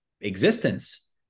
existence